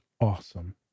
awesome